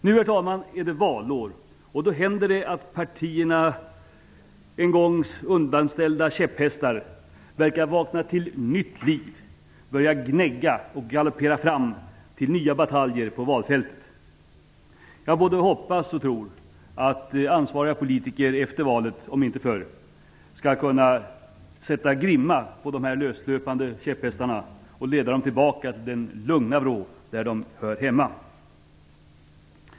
Nu, herr talman, är det valår, och då händer det att partiernas en gång undanställda käpphästar verkar vakna till nytt liv, börjar gnägga och galoppera fram till nya bataljer på valfältet. Jag både hoppas och tror att ansvariga politiker efter valet, om inte förr, skall kunna sätta grimma på de löslöpande käpphästarna och leda dem tillbaka till den lugna vrå där de hör hemma.